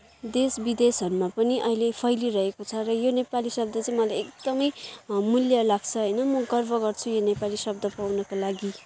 देश विदेशहरूमा पनि अहिले फैलिरहेको छ र यो नेपाली शब्द चाहिँ मलाई एकदमै मूल्य लाग्छ होइन म गर्व गर्छु यो नेपाली शब्द पाउनको लागि